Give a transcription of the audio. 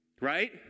right